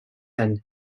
and